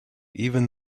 even